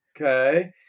Okay